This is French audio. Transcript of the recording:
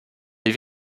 les